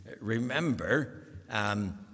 remember